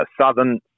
southern